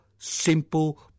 simple